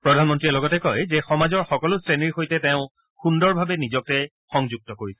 প্ৰধানমন্ত্ৰীয়ে লগতে কয় যে সমাজৰ সকলো শ্ৰেণীৰ সৈতে তেওঁ সুন্দৰভাৱে নিজকে সংযুক্ত কৰিছে